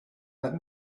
let